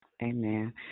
Amen